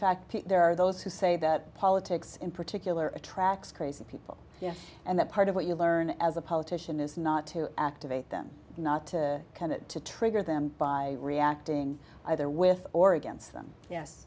fact there are those who say that politics in particular attracts crazy people yes and that part of what you learn as a politician is not to activate them not to commit to trigger them by reacting either with or against them yes